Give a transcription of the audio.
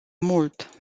mult